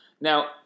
now